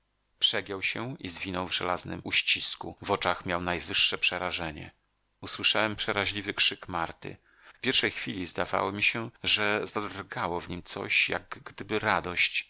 przegiął się i zwinął w żelaznym uścisku w oczach miał najwyższe przerażenie usłyszałem przeraźliwy krzyk marty w pierwszej chwili zdawało mi się że zadrgało w nim coś jak gdyby radość